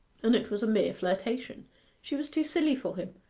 and it was a mere flirtation she was too silly for him.